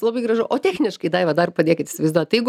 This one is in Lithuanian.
labai gražu o techniškai daiva dar padėkit įsivaizduot jeigu